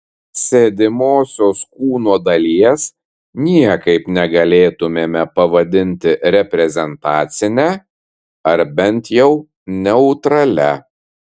sėdimosios kūno dalies niekaip negalėtumėme pavadinti reprezentacine ar bent jau neutralia